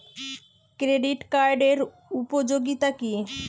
Credit কার্ডের উপযোগিতা কি?